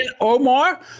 Omar